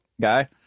guy